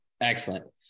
Excellent